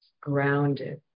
grounded